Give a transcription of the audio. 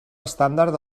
estàndard